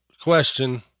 question